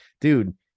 dude